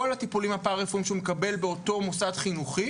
הטיפולים הפרא רפואיים שהוא מקבל באותו מוסד חינוכי